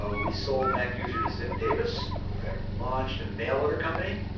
ah we sold mac user to ziff davis. i'm aware. launched a mail order company.